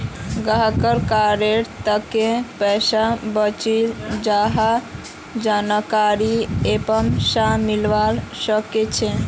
गाहकेर कार्डत कत्ते पैसा बचिल यहार जानकारी ऐप स मिलवा सखछे